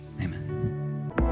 Amen